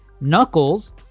Knuckles